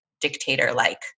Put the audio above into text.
dictator-like